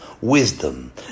wisdom